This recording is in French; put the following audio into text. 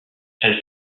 elle